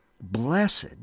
Blessed